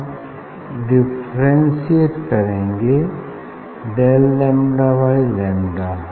अब डिफ्रेंसिएट करेंगे del lambda by lambda